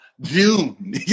June